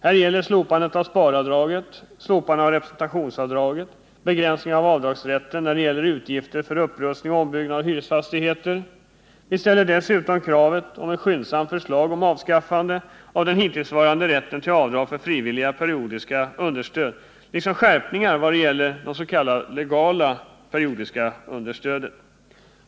Här gäller det slopande av sparavdraget, slopande av representationsavdraget, begränsning av avdragsrätten när det gäller utgifter för upprustning och ombyggnad av hyresfastighet. Vi ställer dessutom krav på ett skyndsamt förslag om avskaffande av den hittillsvarande rätten till avdrag för frivilliga periodiska understöd liksom skärpningar vad gäller det s.k. legala periodiska understödet.